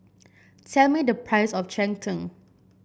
tell me the price of Cheng Tng